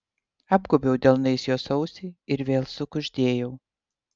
apgobiau delnais jos ausį ir vėl sukuždėjau